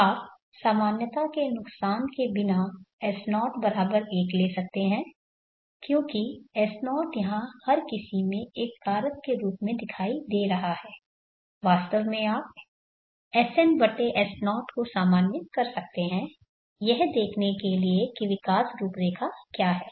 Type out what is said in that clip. आप सामान्यता के नुकसान के बिना S01 ले सकते हैं क्योंकि S0 यहां हर किसी में एक कारक के रूप में दिखाई दे रहा है वास्तव में आप SnS0 को सामान्य कर सकते हैं यह देखने के लिए कि विकास रूपरेखा क्या है